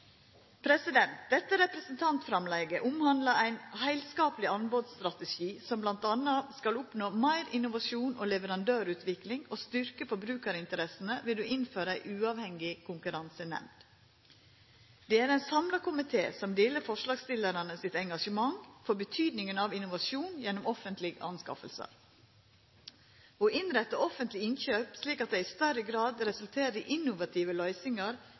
Dette representantframlegget omhandlar ein heilskapleg anbodsstrategi som bl.a. skal oppnå meir innovasjon og leverandørutvikling og styrkja forbrukarinteressene ved å innføra ei uavhengig konkurransenemnd. Det er ein samla komité som deler forslagsstillarane sitt engasjement for betydinga av innovasjon gjennom offentlege anskaffingar. Å innretta offentlege innkjøp slik at dei i større grad resulterer i innovative løysingar,